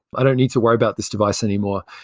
i don't need to worry about this device anymore.